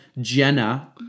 Jenna